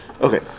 Okay